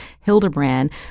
Hildebrand